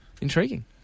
intriguing